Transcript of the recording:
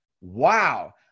wow